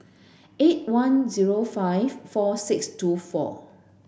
eight one zero five four six two four